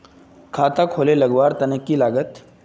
खाता खोले लगवार तने की लागत?